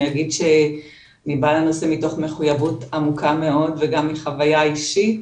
אני אגיד שאני באה לנושא מתוך מחויבות עמוקה מאוד וגם מחוויה אישית